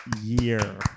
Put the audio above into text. year